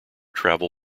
travel